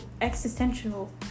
existential